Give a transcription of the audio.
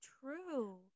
true